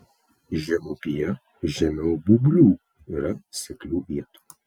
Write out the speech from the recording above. žemupyje žemiau būblių yra seklių vietų